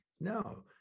No